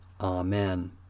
Amen